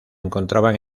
encontraban